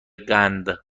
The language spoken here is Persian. قند